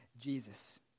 Jesus